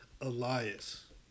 Elias